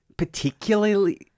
particularly